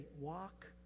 walk